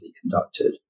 conducted